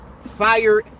fire